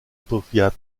powiat